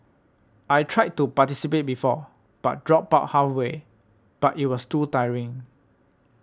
I tried to participate before but dropped but halfway but it was too tiring